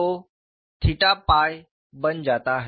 तो थीटा बन जाता है